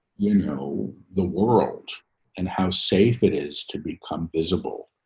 you know, the world and how safe it is to become visible.